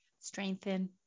Strengthen